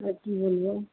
কি বলবো